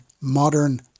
modern